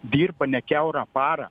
dirba ne kiaurą parą